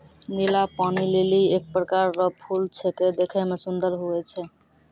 नीला पानी लीली एक प्रकार रो फूल छेकै देखै मे सुन्दर हुवै छै